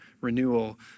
renewal